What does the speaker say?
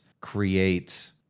create